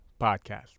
podcast